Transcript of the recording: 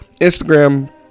Instagram